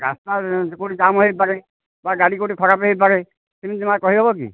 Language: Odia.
ରାସ୍ତା କେଉଁଠି ଜାମ ହୋଇପାରେ ବା ଗାଡ଼ି କେଉଁଠି ଖରାପ ହୋଇପାରେ ସିମିତି ମାଆ କହିହେବ କି